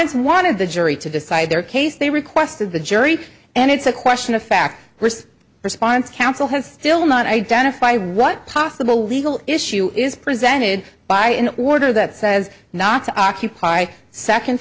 respondents one of the jury to decide their case they requested the jury and it's a question of fact response counsel has still not identify what possible legal issue is presented by an order that says not to occupy second